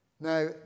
Now